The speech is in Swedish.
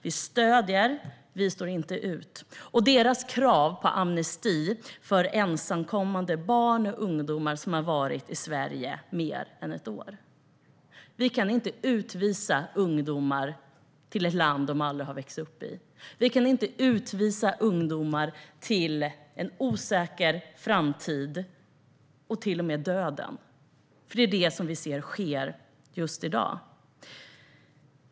Vi stöder #vistårinteut och kravet på amnesti för ensamkommande barn och ungdomar som har varit i Sverige i mer än ett år. Vi kan inte utvisa ungdomar till ett land som de inte har växt upp i. Vi kan inte utvisa ungdomar till en osäker framtid eller till och med döden. Men det är det som sker i dag.